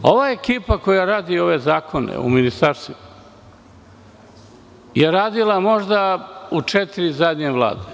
Ova ekipa koja radi ove zakone u ministarstvima je radila možda u četiri zadnje vlade.